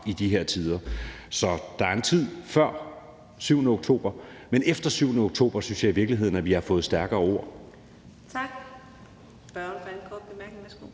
i de her tider. Så der er en tid før den 7. oktober, men efter den 7. oktober synes jeg i virkeligheden at vi har fået stærkere ord. Kl. 18:26 Fjerde næstformand